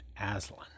Aslan